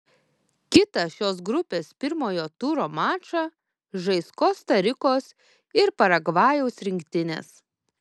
kitą šios grupės pirmojo turo mačą žais kosta rikos ir paragvajaus rinktinės